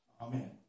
Amen